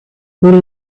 will